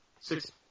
Six